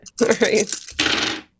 right